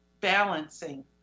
balancing